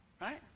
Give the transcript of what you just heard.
right